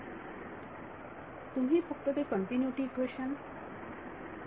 विद्यार्थी तुम्ही फक्त ते कंटिन्युटी इक्वेशन हो